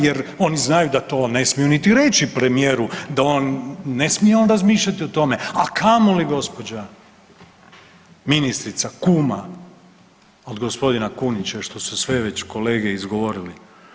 Jer oni znaju da to ne smiju niti reći premijeru da, on ne smije razmišljati o tome, a kamoli gospođa ministrica kuma od gospodina Kunića što su sve već kolege izgovorili.